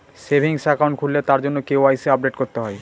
savings account খুললে তার জন্য কে.ওয়াই.সি আপডেট করতে হয়